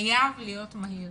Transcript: חייב להיות מהיר.